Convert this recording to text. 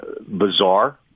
bizarre